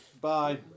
Bye